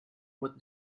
what